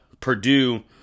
Purdue